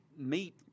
meet